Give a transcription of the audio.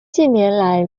近年来